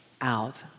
out